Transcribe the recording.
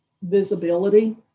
visibility